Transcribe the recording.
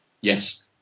Yes